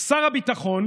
שר הביטחון